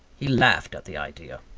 he laughed at the idea.